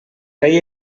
rei